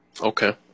Okay